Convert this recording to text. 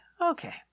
okay